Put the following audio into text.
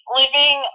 living